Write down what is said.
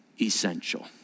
essential